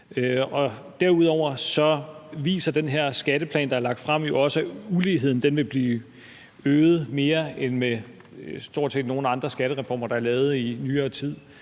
Derudover viser den her skatteplan, der er lagt frem, også, at uligheden vil blive øget mere end med stort set nogen af de andre skattereformer, der er lavet i nyere tid.